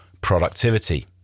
productivity